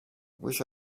wish